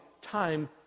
time